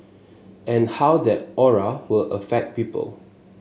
and how that aura will affect people